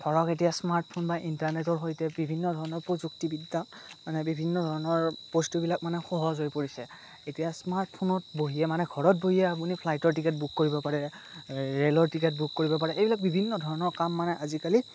ধৰক এতিয়া স্মাৰ্টফোন বা ইণ্টাৰনেটৰ সৈতে বিভিন্ন ধৰণৰ প্ৰযুক্তিবিদ্যা মানে বিভিন্ন ধৰণৰ বস্তুবিলাক মানে সহজ হৈ পৰিছে এতিয়া স্মাৰ্টফোনত বহিয়ে মানে ঘৰত বহিয়ে আপুনি ফ্লাইটৰ টিকেট বুক কৰিব পাৰে ৰেলৰ টিকেট বুক কৰিব পাৰে এইবিলাক বিভিন্ন ধৰণৰ কাম মানে আজিকালি